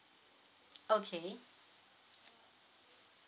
okay